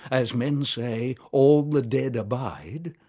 as men say, all the dead abide,